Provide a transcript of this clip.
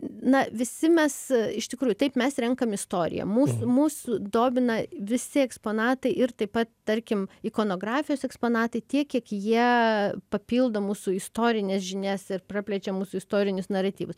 na visi mes iš tikrųjų taip mes renkam istoriją mus mus domina visi eksponatai ir taip pat tarkim ikonografijos eksponatai tiek kiek jie papildo mūsų istorines žinias ir praplečia mūsų istorinius naratyvus